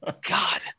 God